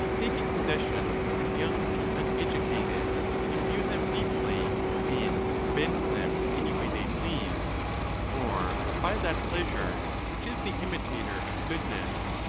taking possession of the young and uneducated, imbue them deeply, and bend them any way they please or by that pleasure which is the imitator of good ness,